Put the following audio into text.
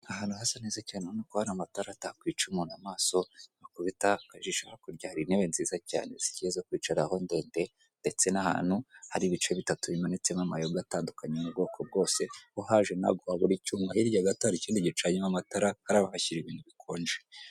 Ahantu hasa neza cyane ubona ko hari amatara atakwica umuntu amaso wakubita amaso hakurya hari intebe nziza cyane zikeye zo kwicaraho ndende ndetse n'ahantu hari ibice bitatu bimanitsemo amayoga atandukanye yo m'ubwoko bwose uhaje ntago wabura icyo unywa hirya gato hari ikindi gicanyemo amatara hariya bahashyira ibintu bikonje.